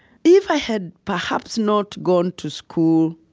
if i had, perhaps, not gone to school